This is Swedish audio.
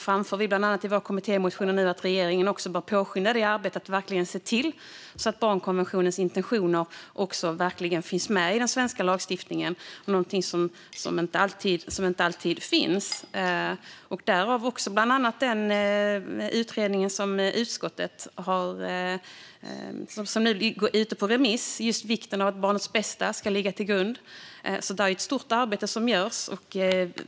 Vi framför bland annat i vår kommittémotion att regeringen bör påskynda detta arbete och verkligen se till att barnkonventionens intentioner finns med i den svenska lagstiftningen, vilket de inte alltid gör nu. Där har vi också bland annat den utredning som nu är ute på remiss om vikten av att barnets bästa ska ligga till grund. Det är ett stort arbete som görs.